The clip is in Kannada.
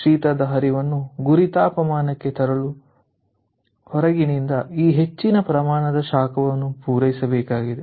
ಶೀತದ ಹರಿವನ್ನು ಗುರಿ ತಾಪಮಾನಕ್ಕೆ ತರಲು ಹೊರಗಿನಿಂದ ಈ ಹೆಚ್ಚಿನ ಪ್ರಮಾಣದ ಶಾಖವನ್ನು ಪೂರೈಸಬೇಕಾಗಿದೆ